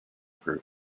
group